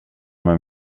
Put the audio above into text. med